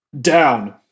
down